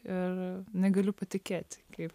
ir negaliu patikėt kaip